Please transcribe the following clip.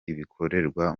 ibikorerwa